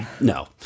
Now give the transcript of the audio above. No